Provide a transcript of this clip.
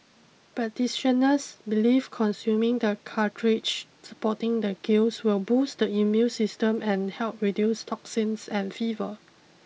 practitioners believe consuming the cartridge supporting the gills will boost the immune system and help reduce toxins and fever